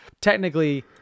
technically